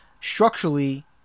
structurally